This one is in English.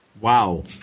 Wow